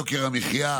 יוקר המחיה,